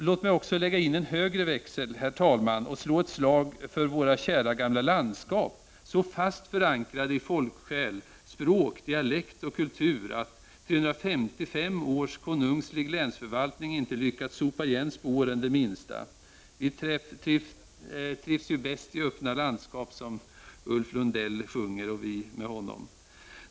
Låt mig också, herr talman, lägga in en högre växel och slå ett slag för våra kära gamla landskap, så fast förankrade i folksjäl, språk, dialekt och kultur att 355 års konungslig länsförvaltning inte lyckats sopa igen spåren det minsta. Vi trivs ju bäst i öppna landskap, som Ulf Lundell sjunger och vi med honom.